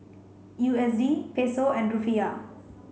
U S D Peso and Rufiyaa